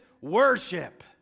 worship